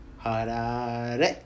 Harare